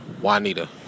Juanita